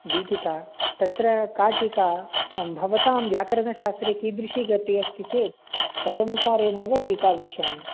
दीपिका तत्र का टीका भवतां व्याकरणशास्त्रे कीदृशी गतिः अस्ति चेत् तदनुसारेणेव टीका वक्ष्यामि